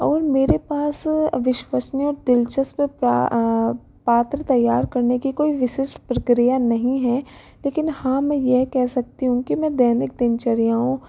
और मेरे पास विश्वसनीय और दिलचस्प प्र पात्र तैयार करने की कोई विशेष प्रक्रिया नहीं है लेकिन हाँ मैं यह कह सकती हूँ कि मैं दैनिक दिनचर्याओं